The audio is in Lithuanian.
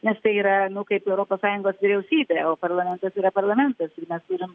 nes tai yra kaip europos sąjungos vyriausybė o parlamentas yra parlamentas mes turim